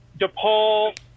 DePaul